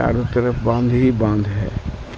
چاروں طرف باندھ ہی باندھ ہے